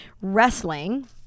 wrestling